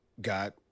got